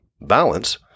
balance